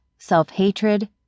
Self-hatred